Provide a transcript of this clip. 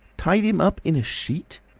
tied him up in a sheet!